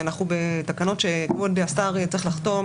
אנחנו בתקנות שכבוד השר צריך לחתום